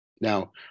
now